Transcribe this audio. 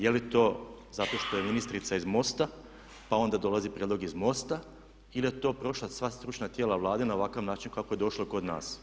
Je li to zato što je ministrica iz MOST-a pa onda dolazi prijedlog iz MOST-a ili je to prošlo sva stručna tijela Vlade na ovakav način kako je došlo kod nas?